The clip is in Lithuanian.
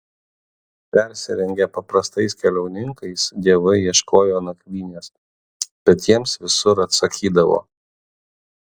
persirengę paprastais keliauninkais dievai ieškojo nakvynės bet jiems visur atsakydavo